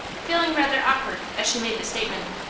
feeling rather awkward as she made the statement.